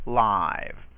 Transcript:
live